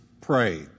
pray